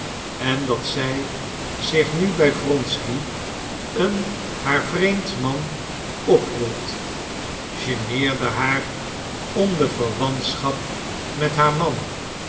en dat zij zich nu bij wronsky een haar vreemd man ophield geneerde haar om de verwantschap met haar man